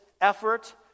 effort